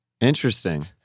Interesting